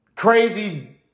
Crazy